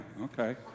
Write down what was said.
okay